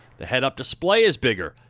the head-up display is bigger,